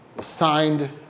signed